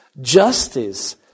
justice